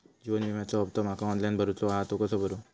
जीवन विम्याचो हफ्तो माका ऑनलाइन भरूचो हा तो कसो भरू?